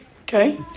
Okay